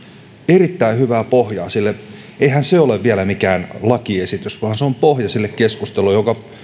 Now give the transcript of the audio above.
erittäin hyvää pohjaa sille eihän se ole vielä mikään lakiesitys vaan se on pohja sille keskustelulle jonka